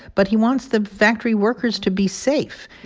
but he wants the factory workers to be safe.